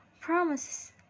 promises